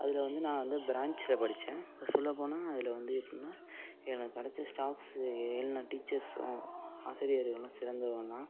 அதில் வந்து நான் வந்து ப்ரான்ஞ்ச்சில் படித்தேன் சொல்ல போனால் அதில் வந்து எப்படினா எனக்கு கிடைச்ச ஸ்டாஃப்ஸு எல்லா டீச்சர்ஸ்ஸும் ஆசிரியர்களும் சிறந்தவர்தான்